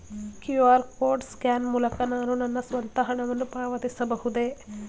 QR code scan ಮೂಲಕ ನಾನು ನನ್ನ ಸ್ವಂತ ಹಣವನ್ನು ಪಾವತಿಸಬಹುದೇ?